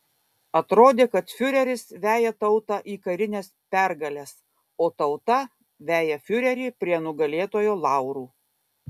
atrodė kad fiureris veja tautą į karines pergales o tauta veja fiurerį prie nugalėtojo laurų